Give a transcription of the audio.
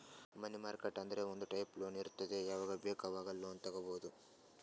ಮನಿ market ಅಂದುರ್ ಒಂದ್ type loan ಇರ್ತುದ್ ಯಾವಾಗ್ ಬೇಕ್ ಆವಾಗ್ ಲೋನ್ ತಗೊಬೋದ್